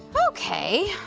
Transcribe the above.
okay,